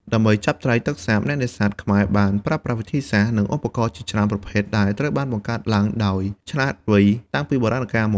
ដើម្បីចាប់ត្រីទឹកសាប អ្នកនេសាទខ្មែរបានប្រើប្រាស់វិធីសាស្ត្រ និងឧបករណ៍ជាច្រើនប្រភេទដែលត្រូវបានបង្កើតឡើងដោយឆ្លាតវៃតាំងពីបុរាណកាលមក។